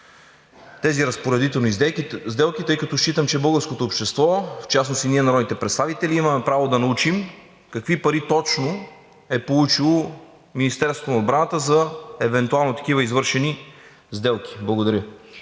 тези разпоредителни сделки, тъй като считам, че българското общество, в частност и ние народните представители, имаме право да научим какви пари точно е получило Министерството на отбраната за евентуално такива извършени сделки? Благодаря.